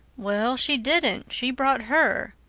well, she didn't. she brought her.